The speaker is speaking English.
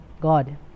God